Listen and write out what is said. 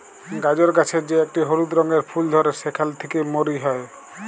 গাজর গাছের যে একটি হলুদ রঙের ফুল ধ্যরে সেখালে থেক্যে মরি হ্যয়ে